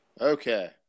okay